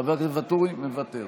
חבר הכנסת ואטורי מוותר.